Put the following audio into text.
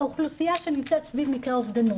לאוכלוסייה שנמצאת סביב מקרי אובדנות.